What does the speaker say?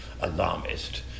alarmist